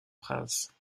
prince